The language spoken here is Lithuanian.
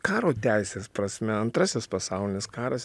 karo teisės prasme antrasis pasaulinis karas